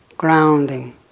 Grounding